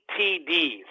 TDs